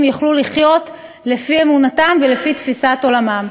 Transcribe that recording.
יוכלו לחיות לפי אמונתם ולפי תפיסת עולמם.